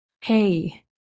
hey